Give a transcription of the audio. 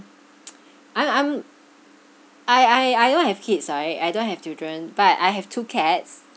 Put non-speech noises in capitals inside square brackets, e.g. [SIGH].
[NOISE] I'm I'm I I I don't have kids sorry I don't have children but I have two cats